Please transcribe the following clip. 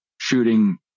shooting